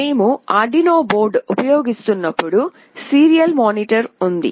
మేము Arduino board ఉపయోగిస్తున్నప్పుడు serial monitor ఉంది